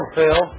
Phil